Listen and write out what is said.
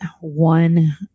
one